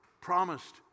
promised